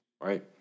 right